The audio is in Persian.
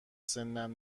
سنم